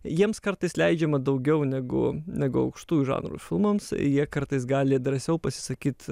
jiems kartais leidžiama daugiau negu negu aukštųjų žanrų filmams jie kartais gali drąsiau pasisakyt